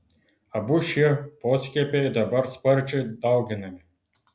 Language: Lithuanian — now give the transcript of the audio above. abu šie poskiepiai dabar sparčiai dauginami